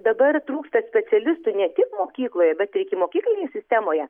dabar trūksta specialistų ne tik mokykloje bet ir ikimokyklinėje sistemoje